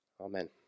Amen